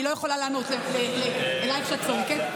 אני לא יכולה לענות לך כשאת צועקת.